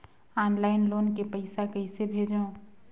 Online loan के पईसा कइसे भेजों?